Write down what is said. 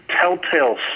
telltale